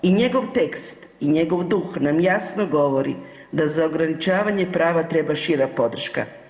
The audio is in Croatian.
I njegov tekst i njegov duh nam jasno govori da za ograničavanje prava treba šira podrška.